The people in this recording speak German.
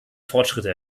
fortschritte